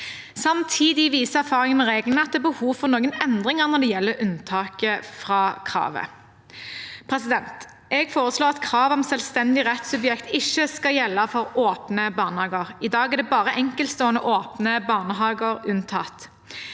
Samtidig viser erfaringen med reglene at det er behov for noen endringer når det gjelder unntaket fra kravet. Jeg foreslår at kravet om selvstendig rettssubjekt ikke skal gjelde for åpne barnehager. I dag er det bare enkeltstående åpne barnehager som er unntatt.